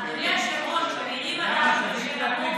אדוני היושב-ראש, המילים הללו,